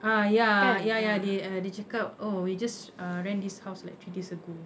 ah ya ya ya they uh dia cakap oh we just uh rent this house like three days ago